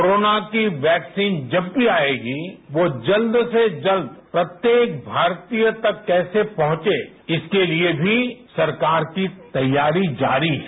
corona की vaccine जब भी आएगी वो जल्द से जल्द प्रत्येक भारतीय तक कैसे पहुंचे इसके लिए भी सरकार की तैयारी जारी है